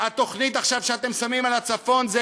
מהחבר'ה הצעירים בצפון, אז אמרתם שהבאתי אותם.